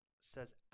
says